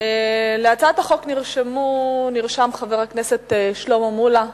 להצעת החוק נרשם חבר הכנסת שלמה מולה.